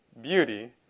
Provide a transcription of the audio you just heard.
beauty